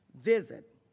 visit